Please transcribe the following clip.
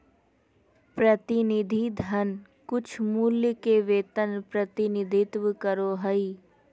प्रतिनिधि धन कुछमूल्य के वेतन प्रतिनिधित्व करो हइ